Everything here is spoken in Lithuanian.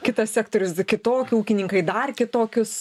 kitas sektorius kitokie ūkininkai dar kitokius